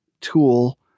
tool